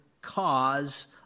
cause